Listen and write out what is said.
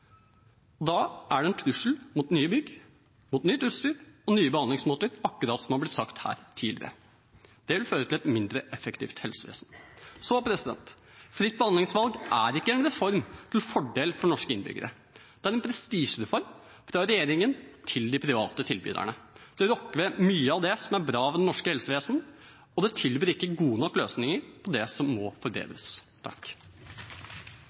ustabil. Da er det en trussel mot nye bygg, mot nytt utstyr og nye behandlingsmåter, akkurat som det har blitt sagt her tidligere. Det vil føre til et mindre effektivt helsevesen. Så fritt behandlingsvalg er ikke en reform til fordel for norske innbyggere. Det er en prestisjereform fra regjeringen til de private tilbyderne. Det rokker ved mye av det som er bra ved det norske helsevesenet, og det tilbyr ikke gode nok løsninger på det som må forbedres.